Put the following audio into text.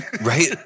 right